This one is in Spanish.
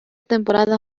temporada